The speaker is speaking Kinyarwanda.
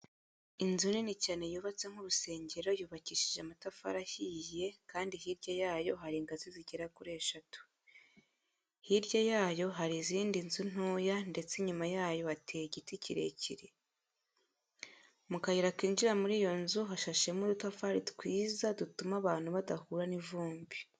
Inzu nini cyane yubatse nk'urusengero yubakishije amatafari ahiye kandi hino yayo hari ingazi zigera kuri eshatu. Hirya yayo hari indi nzu ntoya ndetse inyuma yayo hateye igiti kirekire. Mu kayira kinjira muri iyo nzu hashashemo udutafari twiza dutuma abantu badahura n'ivumbi.